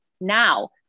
now